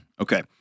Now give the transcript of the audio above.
Okay